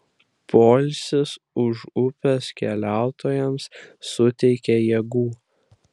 poilsis už upės keliautojams suteikė jėgų